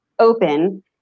open